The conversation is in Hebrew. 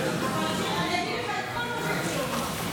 ואני אגיד לך את כל מה שיש לי לומר.